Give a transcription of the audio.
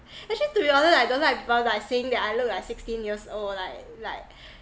actually to be honest I don't like people like saying that I look like sixteen years old like like